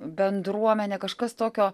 bendruomenė kažkas tokio